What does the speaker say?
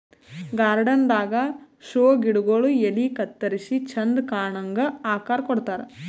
garden ದಾಗಾ show ಗಿಡಗೊಳ್ ಎಲಿ ಕತ್ತರಿಸಿ ಚಂದ್ ಕಾಣಂಗ್ ಆಕಾರ್ ಕೊಡ್ತಾರ್